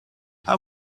how